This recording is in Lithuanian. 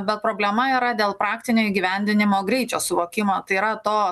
bet problema yra dėl praktinio įgyvendinimo greičio suvokimą tai yra to